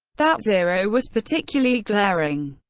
that zero was particularly glaring.